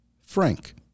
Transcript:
Frank